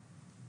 סליחה.